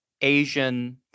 Asian